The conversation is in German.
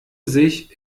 sich